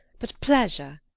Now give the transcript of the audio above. but pleasure.